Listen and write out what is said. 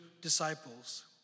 disciples